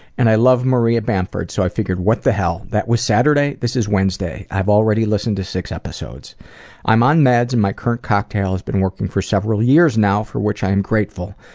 and i love maria bamford so i figured what the hell. that was saturday, this is wednesday, and i've already listened to six episodes i'm on meds and my current cocktail has been working for several years now for which i am grateful.